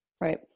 Right